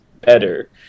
better